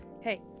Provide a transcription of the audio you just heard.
Hey